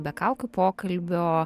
be kaukių pokalbio